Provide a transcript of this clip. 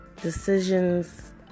decisions